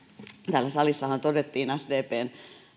täällä salissahan todettiin sdpn